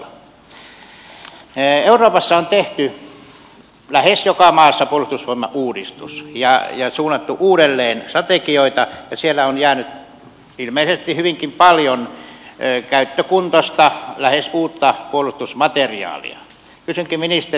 euroopassa on tehty lähes joka maassa puolustusvoimauudistus ja suunnattu uudelleen strategioita ja siellä on jäänyt ilmeisesti hyvinkin paljon käyttökuntoista lähes uutta puolustusmateriaalia